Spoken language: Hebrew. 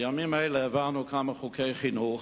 בימים אלה העברנו כמה חוקי חינוך,